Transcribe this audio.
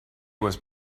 was